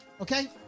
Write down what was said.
Okay